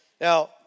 Now